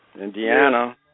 Indiana